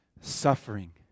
suffering